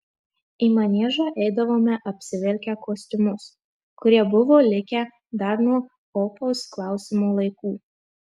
į maniežą eidavome apsivilkę kostiumus kurie buvo likę dar nuo opaus klausimo laikų